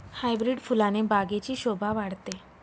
hybrid फुलाने बागेची शोभा वाढते